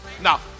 Now